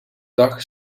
dag